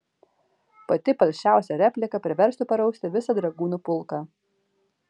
pati palšiausia replika priverstų parausti visą dragūnų pulką